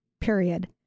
period